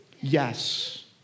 yes